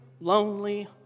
lonely